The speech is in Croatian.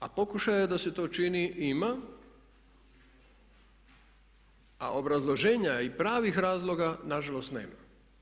A pokušaja da se to učini ima a obrazloženja i pravnih razloga nažalost nema.